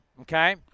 okay